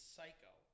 Psycho